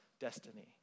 destiny